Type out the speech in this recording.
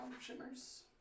shimmers